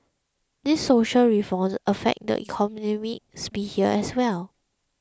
these social reforms affect the economic sphere as well